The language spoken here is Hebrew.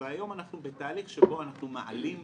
והיום אנחנו בתהליך שבו אנחנו מעלים לרשת,